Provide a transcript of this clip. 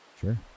Sure